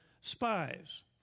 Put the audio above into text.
spies